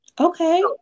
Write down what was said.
Okay